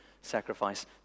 sacrifice